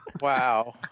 Wow